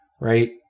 Right